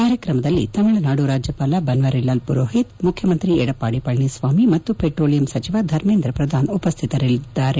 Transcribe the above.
ಕಾರ್ಯಕ್ರಮದಲ್ಲಿ ತಮಿಳುನಾಡು ರಾಜ್ಯಪಾಲ ಬಸ್ತರಿಲಾಲ್ ಪುರೋಹಿತ್ ಮುಖ್ಯಮಂತ್ರಿ ಎಡಪ್ಪಾಡಿ ಪಳನಿಸ್ವಾಮಿ ಮತ್ತು ಪೆಟ್ರೋಲಿಯಂ ಸಚಿವ ಧರ್ಮೇಂದ್ರ ಪ್ರಧಾನ್ ಉಪಸ್ಥಿತರಿರಲಿದ್ದಾರೆ